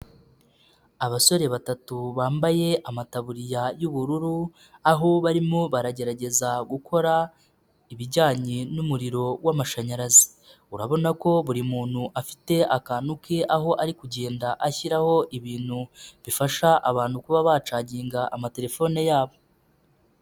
Abasore batatu bambaye amatabuririya y'ubururu, aho barimo baragerageza gukora ibijyanye n'umuriro w'amashanyarazi. Urabona ko buri muntu afite akantu ke aho ari kugenda ashyiraho ibintu bifasha abantu kuba bacagiga amatelefone yabo.